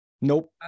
nope